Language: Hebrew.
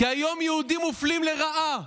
כי היום יהודים מופלים לרעה,